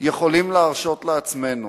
יכולים להרשות לעצמנו